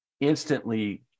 instantly